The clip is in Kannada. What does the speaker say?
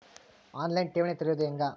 ಆನ್ ಲೈನ್ ಠೇವಣಿ ತೆರೆಯೋದು ಹೆಂಗ?